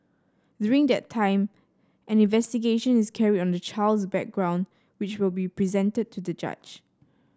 during that time an investigation is carried on the child's background which will be presented to the judge